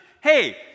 hey